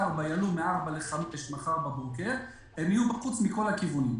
קריית-ארבע יעלו מ-4 ל-5 מחר בבוקר הם יהיו בחוץ מכל הכיוונים.